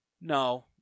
No